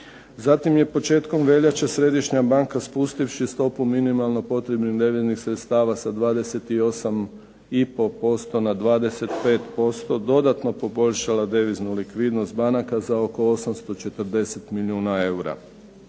Zatim je početkom veljače Središnja banka spustivši stopu minimalno potrebnih …/Govornik se ne razumije./… sredstava sa 28,5% na 25% dodatno poboljšala deviznu likvidnost banaka za oko 840 milijuna eura.